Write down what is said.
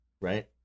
right